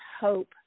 hope